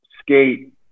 skate